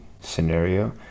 scenario